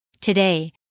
Today